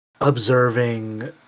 observing